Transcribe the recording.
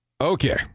Okay